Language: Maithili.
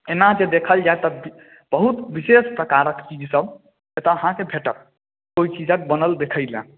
एना जँ देखल जाए तऽ बहुत विशेष प्रकारक चीज सब एतऽ अहाँके भेटत ओहि चीजक बनल देखै लए